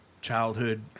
childhood